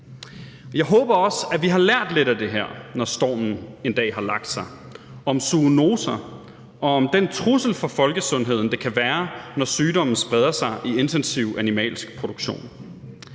Jeg håber også, at vi har lært lidt af det her, når stormen en dag har lagt sig, om zoonoser og om den trussel for folkesundheden, det kan være, når sygdomme spreder sig i intensiv animalsk produktion.